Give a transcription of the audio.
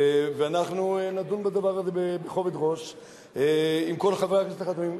ואנחנו נדון בדבר הזה בכובד ראש עם כל חברי הכנסת החתומים,